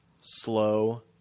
slow